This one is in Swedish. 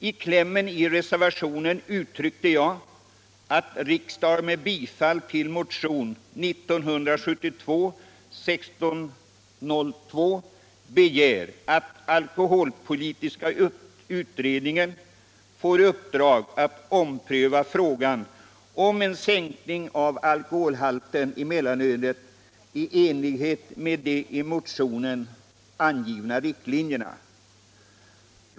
I klämmen på reservationen yrkade jag ”att riksdagen med bifall till motion 1972:1602 begär att alkoholpolitiska utredningen får i uppdrag att ompröva frågan om en sänkning av alkoholhalten i mellanölet i enlighet med de i motionen angivna riktlinjerna”.